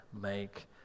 make